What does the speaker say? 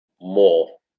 more